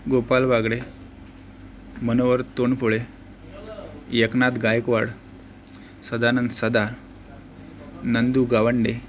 Gopal Bagade Manohar Tondpole Eknath Gaikwad Sadanand Sada Nandu Gawande